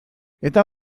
eta